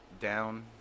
down